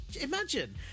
Imagine